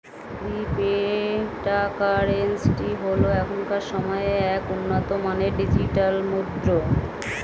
cryptocurrency হল এখনকার সময়ের এক উন্নত মানের ডিজিটাল মুদ্রা